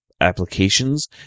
applications